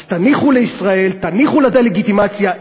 אז תניחו לישראל, תניחו לדה-לגיטימציה.